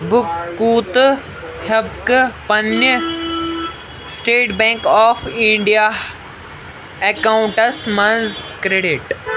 بہٕ کوٗتاہ ہٮ۪کہٕ پنٕنہِ state bank of India accounts منٛز کریٚڈِٹ